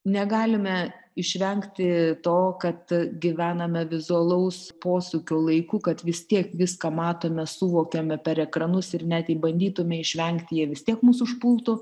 negalime išvengti to kad gyvename vizualaus posūkių laiku kad vis tiek viską matome suvokiame per ekranus ir net jei bandytume išvengti jie vis tiek mus užpultų